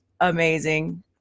amazing